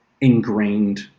ingrained